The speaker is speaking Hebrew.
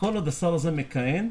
עוד השר הזה מכהן,